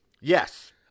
Yes